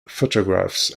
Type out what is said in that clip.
photographs